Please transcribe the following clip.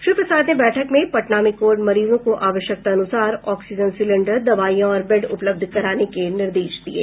श्री प्रसाद ने बैठक में पटना में कोविड मरीजों को आवश्यकतानुसार ऑक्सीजन सिलेंडर दवाईयां और बेड उपलब्ध कराने के निर्देश दिये